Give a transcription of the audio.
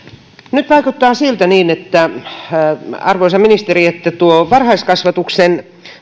nyt vaikuttaa siltä arvoisa ministeri että tuo varhaiskasvatuksen